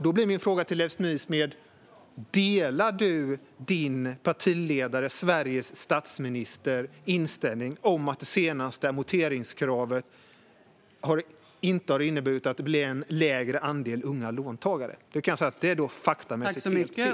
Då blir min fråga till Leif Nysmed: Delar du din partiledares, Sveriges statsministers, inställning att det senaste amorteringskravet inte har inneburit att det blivit en lägre andel unga låntagare? Då kan jag säga att det faktamässigt är helt fel.